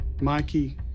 Mikey